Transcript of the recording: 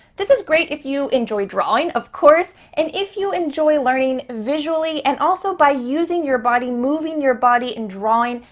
this is great if you enjoy drawing, of course, and if you enjoy learning visually and also by using your body, moving your body and drawing,